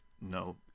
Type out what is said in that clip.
no